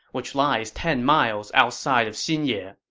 which lies ten miles outside of xinye.